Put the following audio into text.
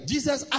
Jesus